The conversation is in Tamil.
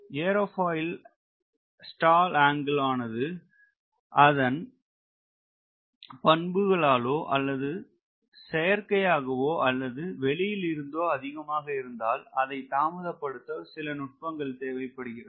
ஏரோபாயிலின் ஸ்டால் ஆங்கிள் ஆனது அதன் பண்புகளாலோ அல்லது செயற்கையாகவோ அல்லது வெளியிலிருந்தோ அதிகமாக இருந்தால் அதை தாமதப்படுத்த ஒரு சில நுட்பங்கள் தேவை படுகிறது